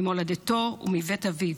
ממולדתו ומבית אביו,